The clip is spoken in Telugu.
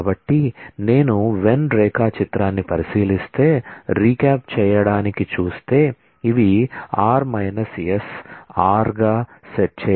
కాబట్టి నేను వెన్ రేఖాచిత్రాన్ని పరిశీలిస్తే రీక్యాప్ చేయడానికి చూస్తే ఇవి r s r గా సెట్ చేయబడతాయి కానీ